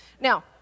Now